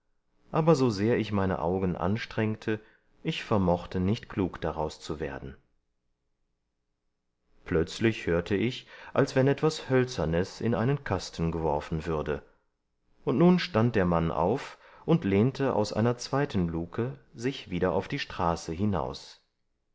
aber sosehr ich meine augen anstrengte ich vermochte nicht klug daraus zu werden plötzlich hörte ich als wenn etwas hölzernes in einen kasten geworfen würde und nun stand der mann auf und lehnte aus einer zweiten luke sich wieder auf die straße hinaus